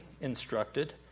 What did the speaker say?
instructed